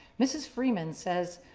mrs. freeman says,